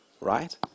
right